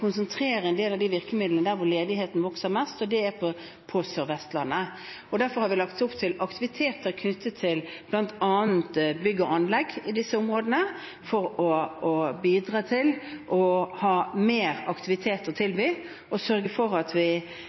konsentrere en del av virkemidlene der hvor ledigheten vokser mest, og det er på Sørvest-landet. Og derfor har vi lagt opp til aktiviteter knyttet til bl.a. bygg og anlegg i disse områdene for å ha mer aktivitet å tilby og for å sørge for at vi